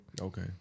Okay